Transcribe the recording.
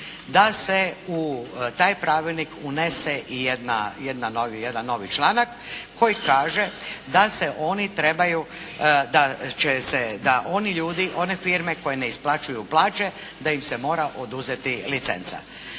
da se u taj pravilnik unese i jedan novi članak koji kaže da se oni trebaju, da oni ljudi, one firme koje ne isplaćuju plaće da im se mora oduzeti licenca.